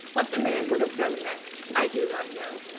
what the man would have done next i do not know,